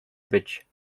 być